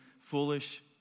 foolish